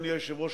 אדוני היושב-ראש,